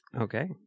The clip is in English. Okay